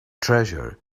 treasure